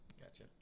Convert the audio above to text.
Gotcha